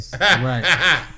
right